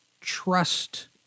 trust